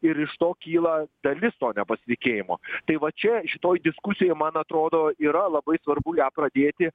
ir iš to kyla dalis to nepasitikėjimo tai va čia šitoj diskusijoj man atrodo yra labai svarbu lia pradėti